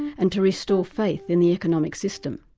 and to restore faith in the economic system.